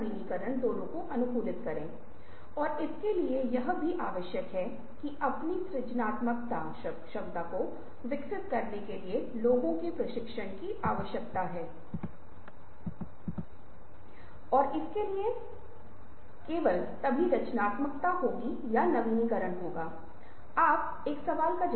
मैं इन प्रयोगों को आंशिक रूप से करने की कोशिश कर सकता हूं आपके साथ खेलों का प्रयोग नहीं कर सकता लेकिन वास्तव में सबसे अच्छी बात यह है कि इसे अपने दम पर आजमाएं